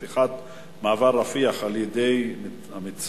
פתיחת מעבר רפיח על-ידי המצרים,